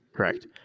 Correct